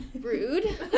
Rude